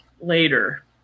later